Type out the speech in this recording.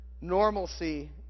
Normalcy